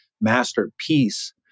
masterpiece